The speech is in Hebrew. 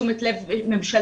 תשומת לב ממשלתית,